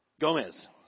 Gomez